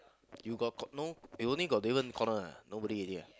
you got cor~ no you only got Davon corner ah nobody already ah